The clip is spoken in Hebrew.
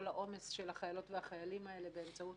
העומס של החיילות והחיילים האלה באמצעות